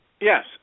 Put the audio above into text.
Yes